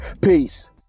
Peace